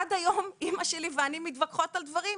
עד היום אמא שלי ואני מתווכחות על דברים.